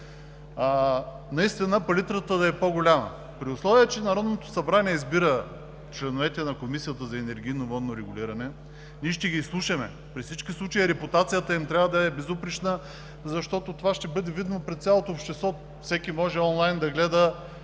Наистина палитрата да е по-голяма. При условие че Народното събрание избира членовете на Комисията за енергийно и водно регулиране, ние ще ги изслушаме, при всички случаи репутацията им трябва да е безупречна, защото това ще бъде видно пред цялото общество. Всеки може онлайн да гледа